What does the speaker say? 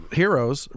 heroes